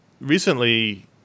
recently